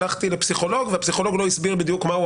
הלכתי לפסיכולוג והפסיכולוג לא הסביר בדיוק מה הוא